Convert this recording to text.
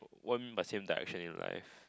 what do you mean by same direction in life